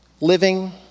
living